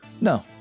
No